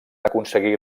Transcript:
aconseguir